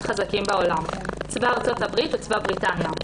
חזקים בעולם: צבא ארצות הברית וצבא בריטניה.